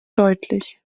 deutlich